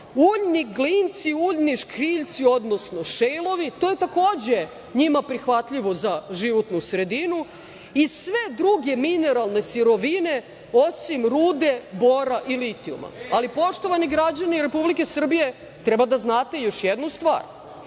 da urade. Uljni škriljci, odnosno šejlovi, to je takođe njima prihvatljivo za životnu sredinu i sve druge mineralne sirovine, osim rude bora i litijuma. Poštovani građani Republike Srbije, treba da znate još jednu stvar